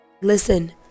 Listen